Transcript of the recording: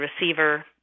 receiver